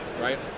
right